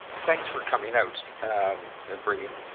thanks for coming out and bringing